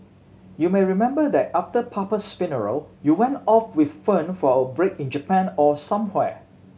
you may remember that after papa's funeral you went off with Fern for a break in Japan or somewhere